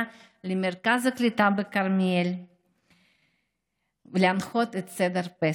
למרכז הקליטה בכרמיאל להנחות את סדר פסח.